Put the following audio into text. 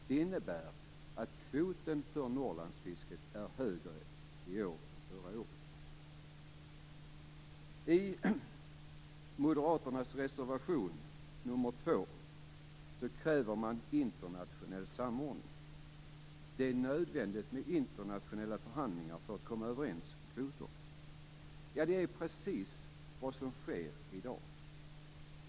Det innebär att kvoten för Norrlandsfisket är högre i år än förra året. I moderaternas reservation nr 2 kräver man internationell samordning. Det är nödvändigt med internationella förhandlingar för att komma överens om kvoter, och det är precis vad som sker i dag.